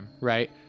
Right